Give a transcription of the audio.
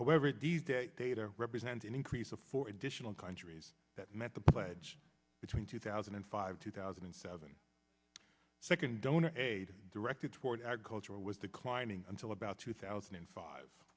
that data represent an increase of four additional countries that met the pledge between two thousand and five two thousand and seven second donor aid directed toward agriculture was declining until about two thousand and five